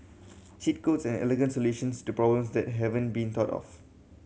cheat codes are elegant solutions to problems that haven't been thought of